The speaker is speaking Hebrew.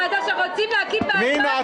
רוצים להקים ועדות --- פנינה,